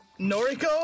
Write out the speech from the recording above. Noriko